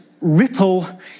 ripple